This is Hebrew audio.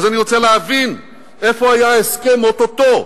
אז אני רוצה להבין איפה היה ההסכם או-טו-טו.